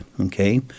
okay